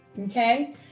Okay